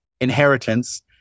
inheritance